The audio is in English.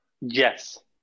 Yes